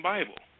Bible